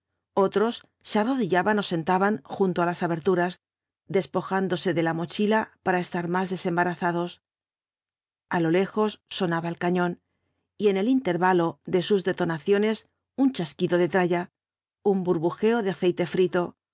otros se arrodillaban ó sentaban junto á las aberturas despojándose de la mochila para estar más desembarazados a lo lejos sonaba el cañón y en el intervalo de sus detonaciones un chasquido de tralla un burbujeo de aceite frito